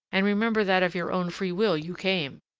and remember that of your own free will you came.